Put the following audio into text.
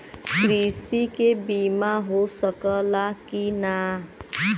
कृषि के बिमा हो सकला की ना?